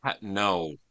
No